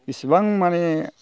इसेबां माने